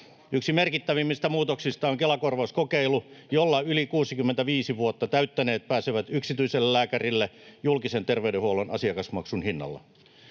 Yksi merkittävimmistä muutoksista on Kela-korvauskokeilu, jolla yli 65 vuotta täyttäneet pääsevät yksityiselle lääkärille julkisen terveydenhuollon asiakasmaksun hinnalla.